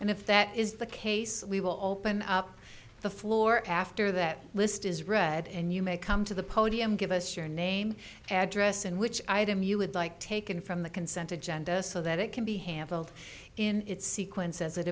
and if that is the case we will open up the floor after that list is read and you may come to the podium give us your name address and which i them you would like taken from the consent agenda so that it can be handled in sequence as it